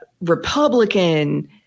Republican –